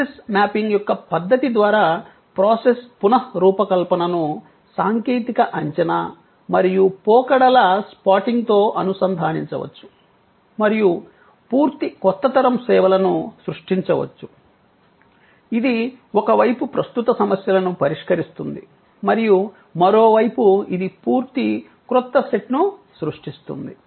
process mapping యొక్క పద్ధతి ద్వారా ప్రాసెస్ పునః రూపకల్పనను సాంకేతిక అంచనా మరియు పోకడల స్పాటింగ్తో అనుసంధానించవచ్చు మరియు పూర్తి కొత్త తరం సేవలను సృష్టించవచ్చు ఇది ఒక వైపు ప్రస్తుత సమస్యలను పరిష్కరిస్తుంది మరియు మరోవైపు ఇది పూర్తి క్రొత్త సెట్ను సృష్టిస్తుంది